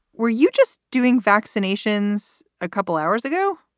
were you just doing vaccinations a couple hours ago?